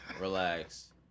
relax